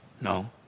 No